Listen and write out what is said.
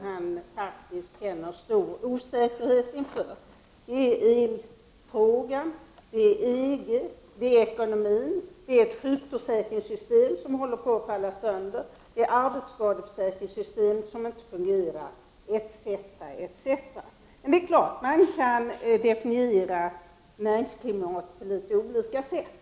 Det gäller frågan om el, EG, ekonomin, socialförsäkringssystemet som håller på att falla sönder, arbetsskadeförsäkringssystemet som inte fungerar etc. Man kan naturligtvis definera näringslivsklimat på olika sätt.